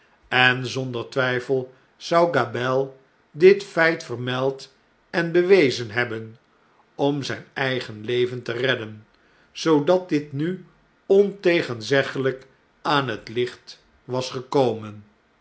en zonder twjjfel zou gabelle dit feit vermeld en bewezen hebben om zijn eigen leven te redden zoodat dit nu ontegenzeglijk aan het licht was gekomen